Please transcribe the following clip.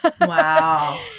Wow